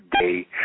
day